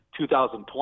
2020